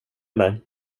dig